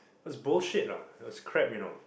it was bullshit ah it was crap you know